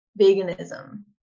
veganism